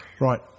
Right